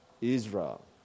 Israel